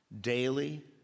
daily